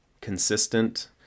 consistent